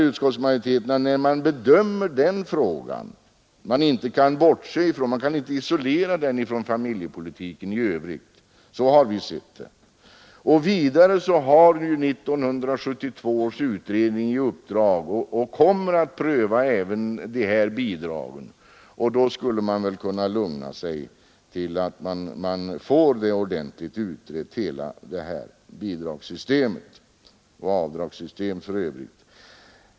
Utskottsmajoriteten menar att frågan inte kan isoleras från familjepolitiken i övrigt — så har vi sett det. Vidare har ju 1972 års skatteutredning i uppdrag att pröva frågan, och då skulle man väl kunna lugna sig tills hela detta bidragsoch avdragssystem blivit ordentligt utrett.